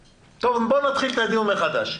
בואו נתחיל את הדיון מחדש.